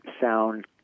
sound